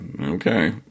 okay